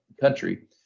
country